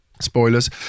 Spoilers